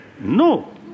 No